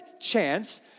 chance